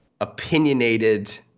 opinionated